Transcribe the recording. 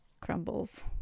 crumbles